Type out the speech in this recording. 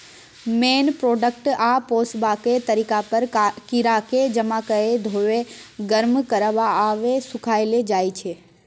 मेन product आ पोसबाक तरीका पर कीराकेँ जमा कए धोएब, गर्म करब आ सुखाएल जाइ छै